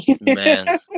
man